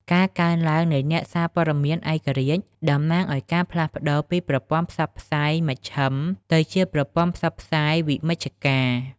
ការកើនឡើងនៃអ្នកសារព័ត៌មានឯករាជ្យតំណាងឱ្យការផ្លាស់ប្តូរពីប្រព័ន្ធផ្សព្វផ្សាយមជ្ឈិមទៅជាប្រព័ន្ធផ្សព្វផ្សាយវិមជ្ឈការ។